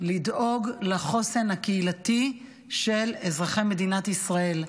לדאוג לחוסן הקהילתי של אזרחי מדינת ישראל,